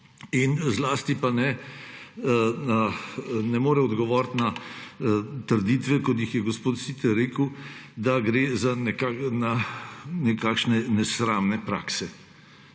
Zlasti pa ne more odgovoriti na trditve, kot jih je gospod Siter rekel, da gre za nekakšne nesramne prakse.